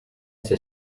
ese